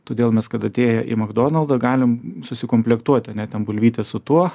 todėl mes kad atėję į magdonaldą galim susikomplektuot ane ten bulvytes su tuo